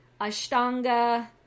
Ashtanga